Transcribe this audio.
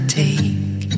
take